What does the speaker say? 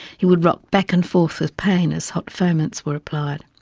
he would rock back and forth with pain as hot foments were applied.